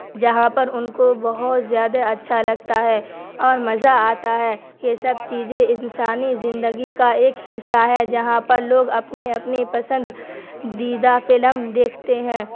جہاں پر ان کو بہت زیادہ اچھا لگتا ہے اور مزہ آتا ہے یہ سب چیزیں انسانی زندگی کا ایک حصہ ہے جہاں پر لوگ اپنے اپنی پسند دیدہ فلم دیکھتے ہیں